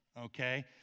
okay